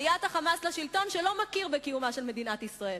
עליית ה"חמאס" שלא מכיר בקיומה של מדינת ישראל,